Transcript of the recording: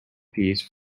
piece